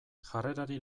jarrerari